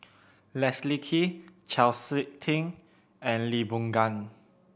Leslie Kee Chau Sik Ting and Lee Boon Ngan